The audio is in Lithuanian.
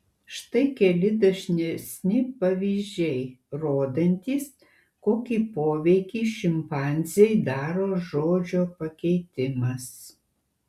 štai keli dažnesni pavyzdžiai rodantys kokį poveikį šimpanzei daro žodžio pakeitimas